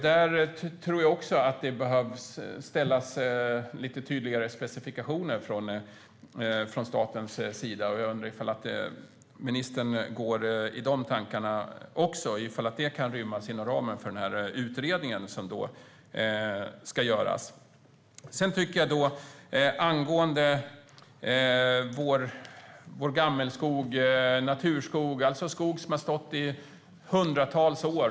Där tror jag att det behövs lite tydligare specifikationer från statens sida. Jag undrar om även ministern går i de tankarna. Kan detta rymmas inom ramen för den utredning som ska göras? Vår gammelskog, vår naturskog, har stått i hundratals år.